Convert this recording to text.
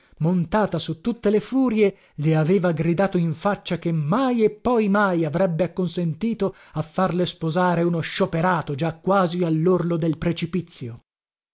montata su tutte le furie le aveva gridato in faccia che mai e poi mai avrebbe acconsentito a farle sposare uno scioperato già quasi allorlo del precipizio